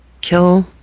kill